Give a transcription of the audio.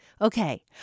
Okay